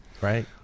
Right